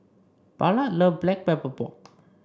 Ballard love Black Pepper Pork